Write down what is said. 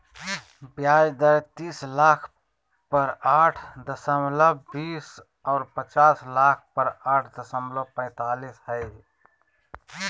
ब्याज दर तीस लाख पर आठ दशमलब बीस और पचास लाख पर आठ दशमलब पैतालीस हइ